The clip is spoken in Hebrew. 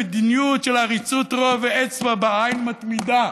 במדיניות של עריצות רוב ואצבע בעין מתמידה.